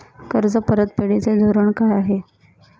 कर्ज परतफेडीचे धोरण काय आहे?